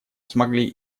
смогли